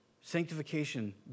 Sanctification